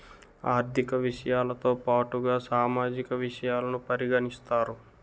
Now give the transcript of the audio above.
ఆర్థిక విషయాలతో పాటుగా సామాజిక విషయాలను పరిగణిస్తారు